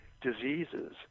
diseases